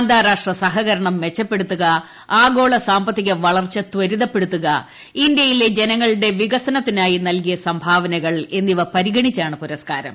അന്താരാഷ്ട്ര സഹകരണം മെച്ചപ്പെടുത്തുക ആഗോള സാമ്പത്തിക വളർച്ച ത്വരിതപ്പെടുത്തുക ഇന്ത്യയിലെ ജനങ്ങളുടെ വികസനത്തിനായി നല്കിയ സംഭാവനകൾ എന്നിവ പരിഗണിച്ചാണ് പുരസ്കാരം